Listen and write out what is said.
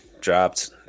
dropped